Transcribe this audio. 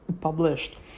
published